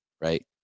Right